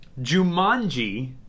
Jumanji